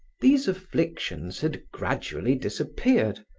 these afflictions had gradually disappeared,